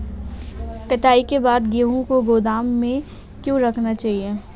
कटाई के बाद गेहूँ को गोदाम में क्यो रखना चाहिए?